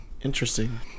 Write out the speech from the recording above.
interesting